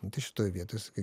nu tai šitoj vietoj sakai